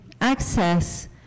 access